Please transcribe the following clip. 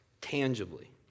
tangibly